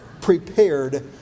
prepared